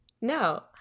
no